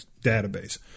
database